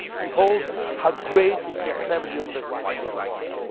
behold how great is the assembly of the white robes.